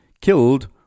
killed